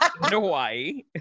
Hawaii